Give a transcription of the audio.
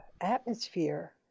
atmosphere